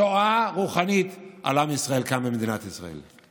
שואה רוחנית על עם ישראל כאן במדינת ישראל.